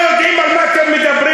אתם לא יודעים על מה אתם מדברים.